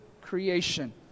creation